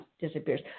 disappears